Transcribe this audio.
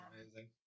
amazing